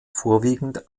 vorwiegend